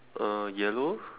uh yellow